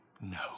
No